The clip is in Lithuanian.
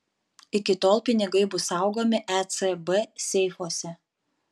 iki tol pinigai bus saugomi ecb seifuose